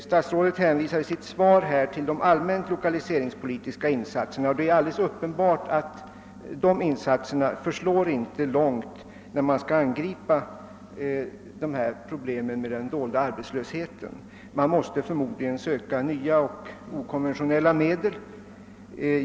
Statsrådet hänvisar i sitt svar till de allmänt lokaliseringspolitiska insatserna, men dessa förslår uppenbarligen inte långt när man skall angripa problemet med den dolda ar betslösheten. Därvid måste förmodligen nya och okonventionella medel sättas in.